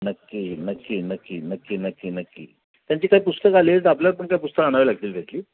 नक्की नक्की नक्की नक्की नक्की नक्की त्यांची काय पुस्तकं आली आहेत तर आपल्याला पण काही पुस्तकं आणावी लागतील त्याची